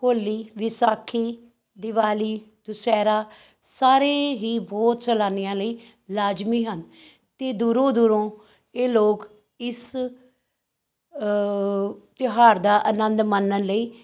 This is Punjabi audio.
ਹੋਲੀ ਵਿਸਾਖੀ ਦਿਵਾਲੀ ਦੁਸਹਿਰਾ ਸਾਰੇ ਹੀ ਬਹੁਤ ਸੈਲਾਨੀਆਂ ਲਈ ਲਾਜ਼ਮੀ ਹਨ ਅਤੇ ਦੂਰੋਂ ਦੂਰੋਂ ਇਹ ਲੋਕ ਇਸ ਤਿਉਹਾਰ ਦਾ ਆਨੰਦ ਮਾਨਣ ਲਈ